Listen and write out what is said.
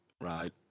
right